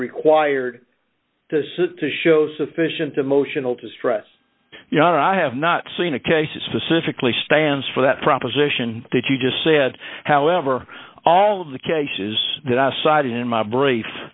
required to show sufficient emotional distress you know i have not seen a case it specifically stands for that proposition that you just said however all of the cases that i cited in my brief